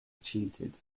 cheated